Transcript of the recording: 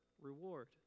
reward